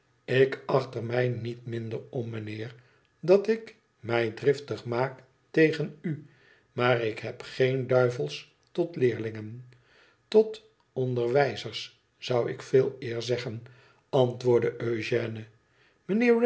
ik acht er mij niet minder om mijnheer dat ik mij driftig maak tegen u maar ik heb geen duivels tot leerlingen tot onderwijzers zou ik veeleer zeggen antwoordde